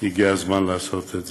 הגיע הזמן לעשות את זה.